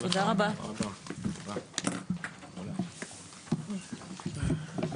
הישיבה ננעלה בשעה 13:39.